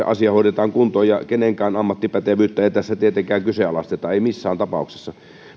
asia hoidetaan kuntoon kenenkään ammattipätevyyttä ei tässä tietenkään kyseenalaisteta ei missään tapauksessa